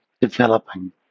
developing